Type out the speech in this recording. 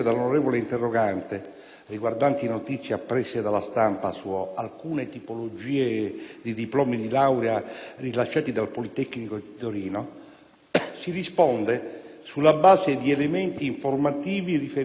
riguardanti notizie apprese dalla stampa su alcune tipologie di diplomi di laurea rilasciati dal Politecnico di Torino, si risponde sulla base di elementi informativi riferiti dal rettore.